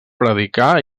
predicà